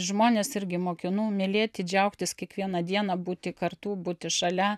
žmones irgi mokinu mylėti džiaugtis kiekviena diena būti kartu būti šalia